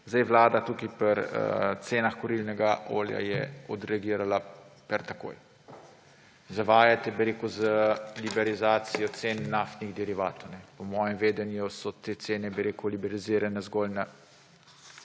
vsega. Vlada tukaj pri cenah kurilnega olja je odreagirala per takoj. Zavajate, bi rekel, z liberalizacijo cen naftnih derivatov. Po mojem vedenju so te cene bi rekel liberalizirane zgolj na